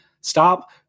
Stop